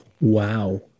Wow